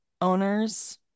owners